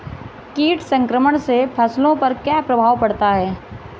कीट संक्रमण से फसलों पर क्या प्रभाव पड़ता है?